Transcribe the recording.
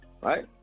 right